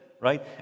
right